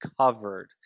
covered